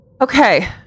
Okay